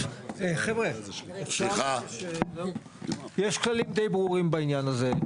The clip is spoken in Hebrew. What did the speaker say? יש כללים די ברורים בעניין הזה,